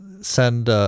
send